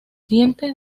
dientes